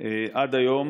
עד היום